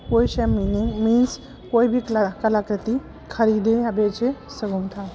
कोई बि क कलाकृति ख़रीदे या बेचे सघूं था